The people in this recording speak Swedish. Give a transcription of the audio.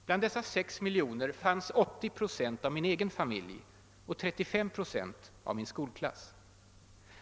Bland dessa sex miljoner fanns 80 procent av min egen familj och 35 procent av min skolklass.